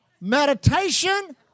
meditation